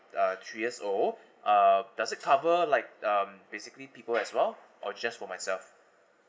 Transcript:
uh three years old uh does it cover like um basically people as well or just for myself